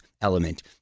element